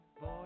boy